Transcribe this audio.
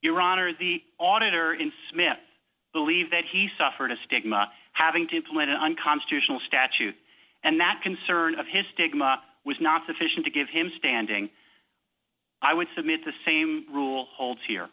iran or the auditor in smith believe that he suffered a stick not having to implement an unconstitutional statute and that concern of his stigma was not sufficient to give him standing i would submit the same rule holds here